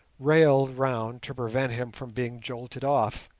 railed round to prevent him from being jolted off.